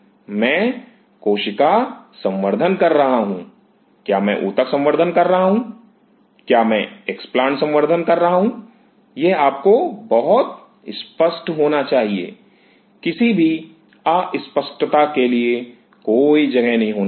मैं कोशिका संवर्धन कर रहा हूं क्या मैं ऊतक संवर्धन कर रहा हूं क्या मैं एक्सप्लांट्स संवर्धन कर रहा हूं यह आपको बहुत स्पष्ट होना चाहिए किसी भी अस्पष्टता के लिए कोई जगह नहीं होनी चाहिए